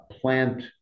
plant